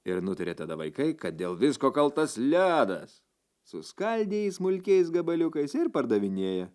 ir nutarė tada vaikai kad dėl visko kaltas ledas suskaldė jį smulkiais gabaliukais ir pardavinėja